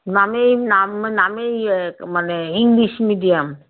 নামেই নাম নামেই মানে ইংলিশ মিডিয়াম